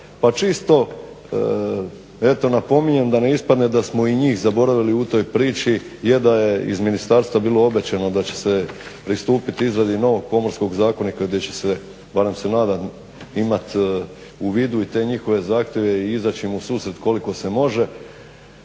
Pa čisto eto napominjem da ne ispadne da smo i njih zaboravili u toj priči je da je iz Ministarstva bilo obećano da će se pristupit izradi novog Pomorskog zakonika gdje će se, barem se nadam, imat u vidu i te njihove zahtjeve i izaći im u susret koliko se može